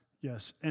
Yes